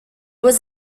was